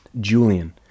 Julian